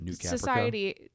society